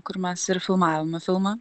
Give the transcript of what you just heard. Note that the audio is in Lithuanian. kur mes ir filmavome filmą